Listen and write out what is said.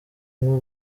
nk’u